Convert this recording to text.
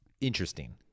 interesting